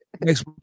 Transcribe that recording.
next